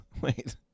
Wait